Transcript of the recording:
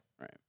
Right